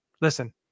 listen